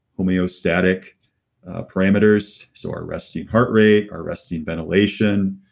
homeostatic parameters. so our resting heart rate, our resting ventilation,